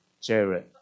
Jared